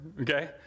okay